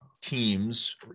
teams